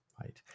Right